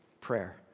prayer